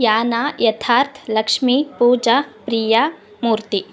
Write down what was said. Yana Yatharth Lakshmi Pooja Priya Murthy